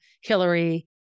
Hillary